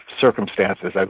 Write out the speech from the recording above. circumstances